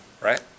Right